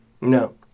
No